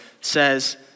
says